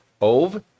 Ove